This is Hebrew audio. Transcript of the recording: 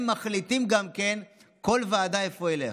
הם מחליטים גם כן כל ועדה, לאיפה זה ילך.